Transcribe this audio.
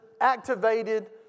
activated